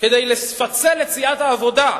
כימים כדי לפצל את סיעת העבודה,